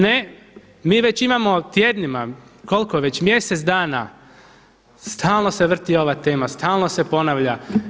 Ne, mi već imamo tjednima, koliko već mjesec dana stalno se vrti ova tema, stalno se ponavlja.